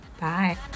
Bye